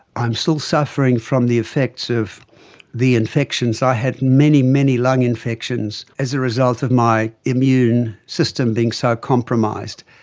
i'm still suffering from the effects of the infections, i had many, many lung infections as a result of my immune system being so compromised,